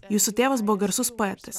jūsų tėvas buvo garsus poetas